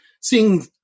seeing